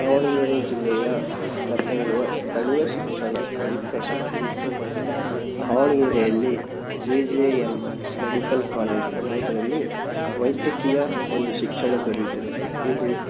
ದಾವಣಗೆರೆ ಜಿಲ್ಲೆಯ ಯಲ್ಲಿರುವ ಸ್ಥಳೀಯ ಶಿಕ್ಷಣ ಕಲಿಕಾ ಶಕ್ತಿಯು ತುಂಬ ಇದೆ ದಾವಣಗೆರೆಯಲ್ಲಿ J J M medical college ಎಂಬುದರಲ್ಲಿ ವೈದ್ಯಕೀಯ ಒಂದು ಶಿಕ್ಷಣ ದೊರೆಯುತ್ತದೆ ಇದು